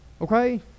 Okay